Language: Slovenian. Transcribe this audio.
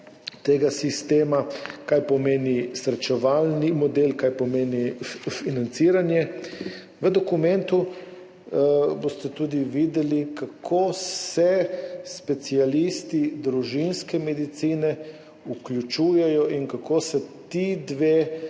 tega sistema, kaj pomeni srečevalni model, kaj pomeni financiranje. V dokumentu boste tudi videli, kako se specialisti družinske medicine vključujejo in kako se ti dve